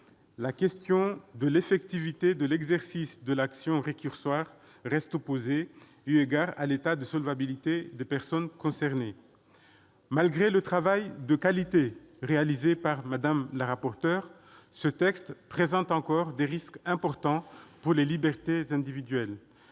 La question de l'effectivité de l'exercice de l'action récursoire reste posée, eu égard à l'état de solvabilité des personnes concernées. Au total, malgré le travail de qualité accompli par Mme la rapporteur, cette proposition de loi présente encore des risques élevés pour les libertés individuelles.